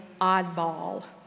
oddball